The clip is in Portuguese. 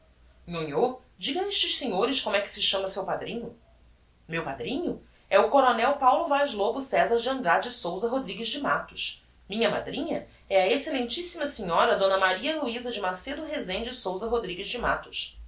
nhonhô diga a estes senhores como é que se chama seu padrinho meu padrinho é o coronel paulo vaz lobo cezar de andrade e souza rodrigues de mattos minha madrinha é a excellentissima senhora d maria luiza de macedo rezende e souza rodrigues de mattos